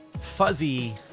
fuzzy